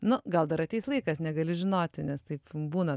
nu gal dar ateis laikas negali žinoti nes taip būna